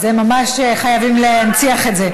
ממש חייבים להנציח את זה.